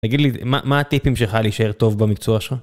תגיד לי, מה, מה הטיפים שלך להישאר טוב במקצוע שלך?